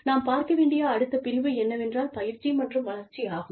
நாம் பார்க்க வேண்டிய அடுத்த பிரிவு என்னவென்றால் பயிற்சி மற்றும் வளர்ச்சி ஆகும்